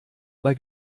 bei